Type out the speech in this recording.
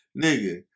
nigga